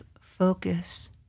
focus